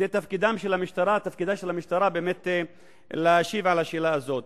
זה תפקידה של המשטרה להשיב על השאלה הזאת.